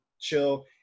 chill